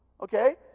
Okay